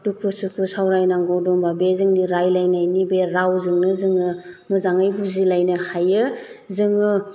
दुखु सुखु सावरायनांगौ दंबा बे जों रायलायनायनि बे रावजोंनो जोङो मोजाङै बुजिलायनो हायो जोङो